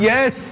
Yes